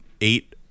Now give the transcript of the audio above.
eight